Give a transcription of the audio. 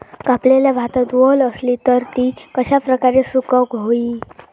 कापलेल्या भातात वल आसली तर ती कश्या प्रकारे सुकौक होई?